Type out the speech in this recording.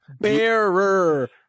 Bearer